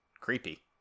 creepy